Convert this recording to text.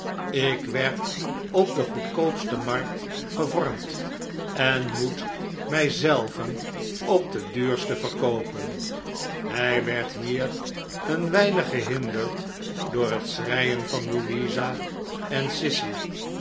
ik werd op de goedkoopste markt gevormd en moet mij zelven op de duurste verkoopen hij werd hier een weinig gehinderd door het schreien van louisa en sissy